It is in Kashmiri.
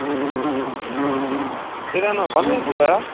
تیٚلہِ اَنو بنٲوِتھٕے بیا